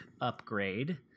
upgrade